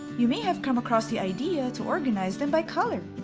you may have come across the idea to organize them by color!